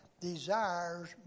desires